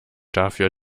dafür